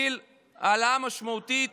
ליברמן, שהוביל העלאה משמעותית